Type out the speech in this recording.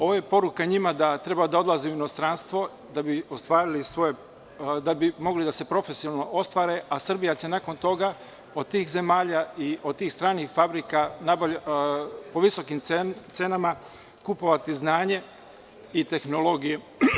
Ovo je poruka njima, da treba da odlaze u inostranstvo, da bi mogli da se profesionalno ostvare, a Srbija će nakon toga od tih zemalja i od tih stranih fabrika po visokim cenama kupovati znanje i tehnologiju.